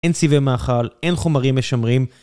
אין צבעי מאכל, אין חומרים משמרים.